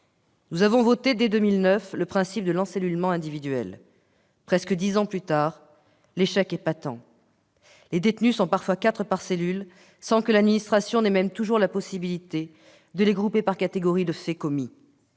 Nous avons voté dès 2009 le principe de l'encellulement individuel. Près de dix ans plus tard, l'échec est patent. Les détenus sont parfois quatre par cellule, sans que l'administration ait même toujours la possibilité de les grouper par catégorie de faits commis.